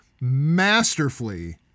masterfully